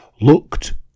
looked